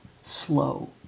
slow